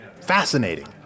fascinating